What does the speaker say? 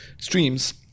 streams